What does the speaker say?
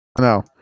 no